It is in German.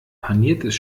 paniertes